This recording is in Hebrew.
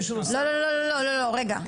לא, לא, לא, רגע.